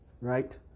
Right